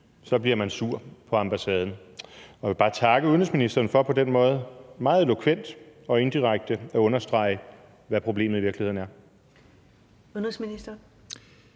så bliver sur på ambassaden. Jeg vil bare takke udenrigsministeren for på den måde meget elokvent og indirekte at understrege, hvad problemet i virkeligheden er. Kl. 16:17 Første